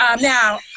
now